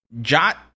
Jot